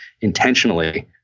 intentionally